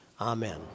Amen